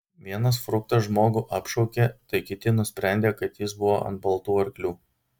vienas fruktas žmogų apšaukė tai kiti nusprendė kad jis buvo ant baltų arklių